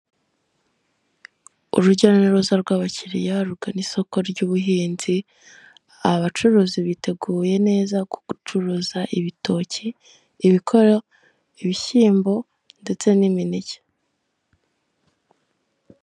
Urujya n'uruza rw'abakiriya rugana isoko ry'ubuhinzi aba bacuruzi biteguye neza ku gucuruza ibitoki, ibikoro, ibishyimbo ndetse n'imineke.